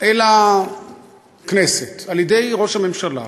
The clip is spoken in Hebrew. אל הכנסת על-ידי ראש הממשלה,